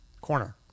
corner